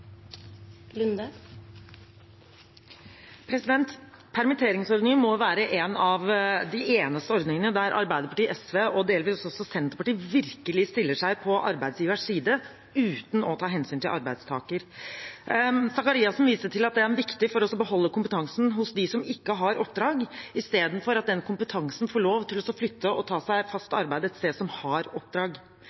Lunde. Permitteringsordningen må være en av få ordninger hvor Arbeiderpartiet, SV og delvis også Senterpartiet virkelig stiller seg på arbeidsgivers side – uten å ta hensyn til arbeidstaker. Representanten Sakariassen viste til at ordningen er viktig for å beholde kompetansen til dem som ikke har oppdrag, istedenfor at den kompetansen får lov til å flytte seg og ta seg fast arbeid et sted som har oppdrag.